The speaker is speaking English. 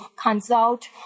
consult